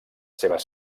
seves